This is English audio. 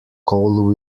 coal